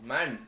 Man